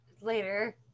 Later